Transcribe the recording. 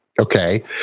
Okay